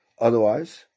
Otherwise